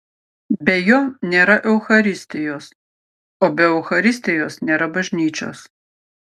be jo nėra eucharistijos o be eucharistijos nėra bažnyčios